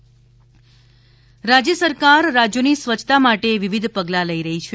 નીતિન પટેલ રાજ્ય સરકાર રાજ્યની સ્વચ્છતા માટે વિવિધ પગલા લઇ રહી છે